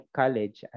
college